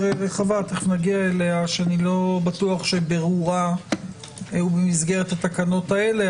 ישנה סוגייה יותר רחבה שאני לא בטוח שבירורה הוא במסגרת התקנות האלה,